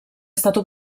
stato